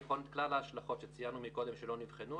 לבחון את כלל ההשלכות שציינו קודם שלא נבחנו,